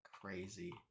crazy